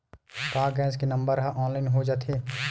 का गैस के नंबर ह ऑनलाइन हो जाथे?